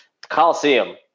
Coliseum